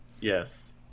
Yes